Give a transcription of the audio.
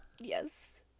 Yes